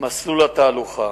מסלול התהלוכה,